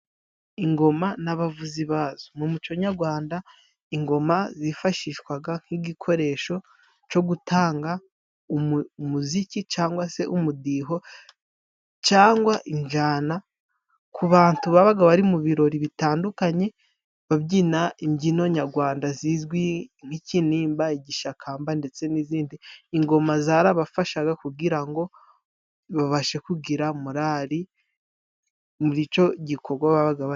Ingoma n'abavuzi bazo mu muco nyarwanda ingoma zifashishwa nk'igikoresho cyo gutanga umuziki cyangwa se umudiho, cyangwa injyana ku bantu baba bari mu birori bitandukanye, babyina imbyino nyarwanda zizwi nk'ikinimba, igishakamba, ndetse n'izindi. Ingoma zarabafashaga kugira ngo babashe kugira morari muri icyo gikorwa babaga barimo.